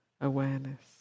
awareness